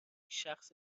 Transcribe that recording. شخص